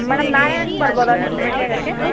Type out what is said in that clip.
madam ನಾಳೆ ಹಂಗ್ ಬರ್ಬೋದಾ ನಿಮ್ಗೆ ಭೇಟಿಯಾಗೋಕೆ